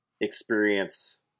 experience